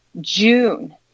June